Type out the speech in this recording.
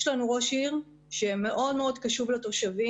יש לנו ראש עיר שמאוד מאוד קשוב לתושבים.